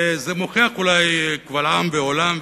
וזה מוכיח אולי קבל עם ועולם,